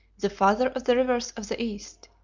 the father of the rivers of the east.